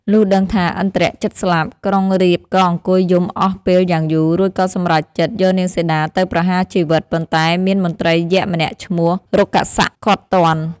លុះដឹងថាឥន្ទ្រជិតស្លាប់ ក្រុងរាពណ៍ក៏អង្គុយយំអស់ពេលយ៉ាងយូរ រួចក៏សម្រេចចិត្ត យកនាងសីតាទៅប្រហាជីវិត ប៉ុន្តែមានមន្ត្រីយក្សម្នាក់ឈ្មោះ រុក្ខសៈឃាត់ទាន់។